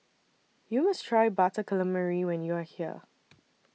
YOU must Try Butter Calamari when YOU Are here